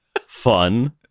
fun